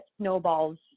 snowballs